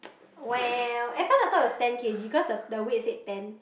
well at first I thought it was ten K_G cause the the weight said ten